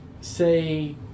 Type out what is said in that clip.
say